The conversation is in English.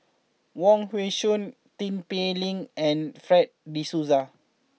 Wong Hong Suen Tin Pei Ling and Fred De Souza